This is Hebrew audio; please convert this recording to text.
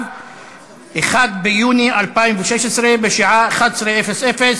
יחיא ואיילת נחמיאס ורבין.